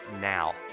now